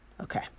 Okay